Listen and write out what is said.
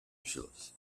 useless